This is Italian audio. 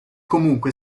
comunque